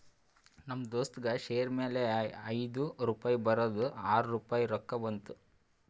ನಮ್ ದೋಸ್ತಗ್ ಶೇರ್ ಮ್ಯಾಲ ಐಯ್ದು ರುಪಾಯಿ ಬರದ್ ಆರ್ ರುಪಾಯಿ ರೊಕ್ಕಾ ಬಂತು